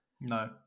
No